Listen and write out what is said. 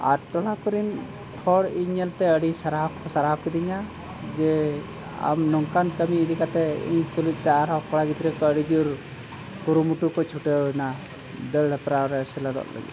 ᱟᱨ ᱴᱚᱞᱟ ᱠᱚᱨᱮᱱ ᱦᱚᱲ ᱤᱧ ᱧᱮᱞᱛᱮ ᱟᱹᱰᱤ ᱥᱟᱨᱦᱟᱣ ᱠᱚ ᱥᱟᱨᱦᱟᱣ ᱠᱤᱫᱤᱧᱟ ᱡᱮ ᱟᱢ ᱱᱚᱝᱠᱟᱱ ᱠᱟᱹᱢᱤ ᱤᱫᱤ ᱠᱟᱛᱮ ᱤᱧ ᱛᱩᱞᱩᱡᱛᱮ ᱟᱨᱦᱚᱸ ᱠᱚᱲᱟ ᱜᱤᱫᱽᱨᱟᱹ ᱠᱚ ᱟᱹᱰᱤᱡᱳᱨ ᱠᱩᱨᱩᱢᱩᱴᱩ ᱠᱚ ᱪᱷᱩᱴᱟᱹᱣᱮᱱᱟ ᱫᱟᱹᱲ ᱦᱮᱯᱨᱟᱣ ᱨᱮ ᱥᱮᱞᱮᱫᱚᱜ ᱞᱟᱹᱜᱤᱫ